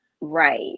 Right